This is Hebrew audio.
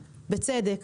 בצדק,